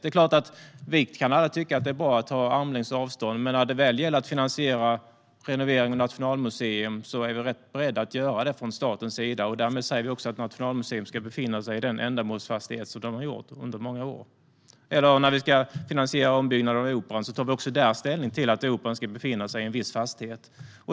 Det är klart att vi alla kan tycka att det är bra att ha armlängds avstånd. Men när det väl gäller att finansiera renoveringen av Nationalmuseum är vi beredda att göra det från statens sida, och därmed säger vi också att Nationalmuseum ska befinna sig i den ändamålsfastighet som de har funnits i under många år. När vi ska finansiera ombyggnaden av Operan tar vi också där ställning till att Operan ska befinna sig i en viss fastighet.